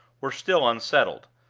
were still unsettled.